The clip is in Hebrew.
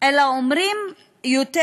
אלא אומרים יותר